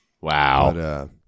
Wow